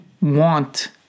want